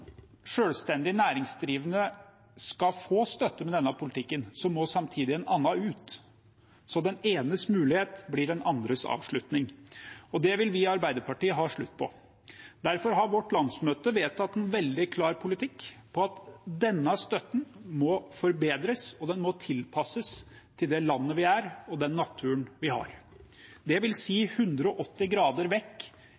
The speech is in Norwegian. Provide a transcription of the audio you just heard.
næringsdrivende skal få støtte med denne politikken, må samtidig en annen ut. Så den enes mulighet blir en annens avslutning. Det vil vi i Arbeiderpartiet ha slutt på. Derfor har vårt landsmøte vedtatt en veldig klar politikk på at denne støtten må forbedres, og den må tilpasses det landet vi er og den naturen vi har.